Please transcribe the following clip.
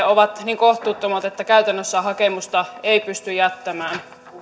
ovat niin kohtuuttomat että käytännössä hakemusta ei pysty jättämään